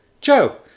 Joe